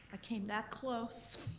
i came that close,